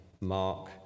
Mark